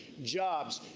jobs,